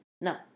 No